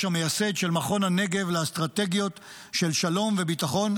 המייסד של מכון הנגב לאסטרטגיות של שלום וביטחון,